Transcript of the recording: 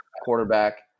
quarterback